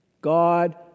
God